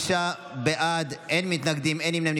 25 בעד, אין מתנגדים, אין נמנעים.